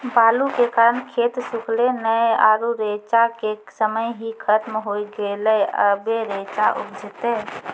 बालू के कारण खेत सुखले नेय आरु रेचा के समय ही खत्म होय गेलै, अबे रेचा उपजते?